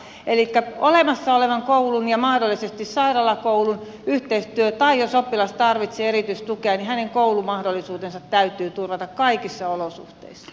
elikkä kyse on olemassa olevan koulun ja mahdollisesti sairaalakoulun yhteistyöstä tai jos oppilas tarvitsee erityistukea niin hänen koulumahdollisuutensa täytyy turvata kaikissa olosuhteissa